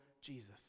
Jesus